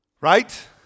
Right